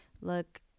look